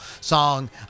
song